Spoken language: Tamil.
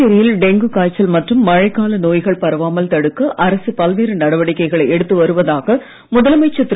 புதுச்சேரியில் டெங்கு காய்ச்சல் மற்றும் மழைக்கால நோய்கள் பரவாமல் தடுக்க அரசு பல்வேறு நடவடிக்கைகளை எடுத்து வருவதாக முதலமைச்சர் திரு